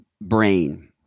brain